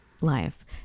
life